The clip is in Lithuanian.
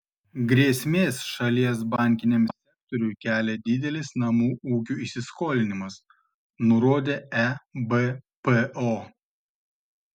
grėsmės šalies bankiniam sektoriui kelia didelis namų ūkių įsiskolinimas nurodė ebpo